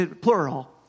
plural